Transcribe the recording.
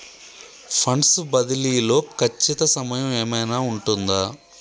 Funds బదిలీ లో ఖచ్చిత సమయం ఏమైనా ఉంటుందా?